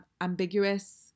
ambiguous